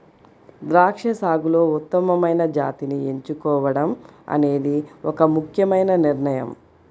ద్రాక్ష సాగులో ఉత్తమమైన జాతిని ఎంచుకోవడం అనేది ఒక ముఖ్యమైన నిర్ణయం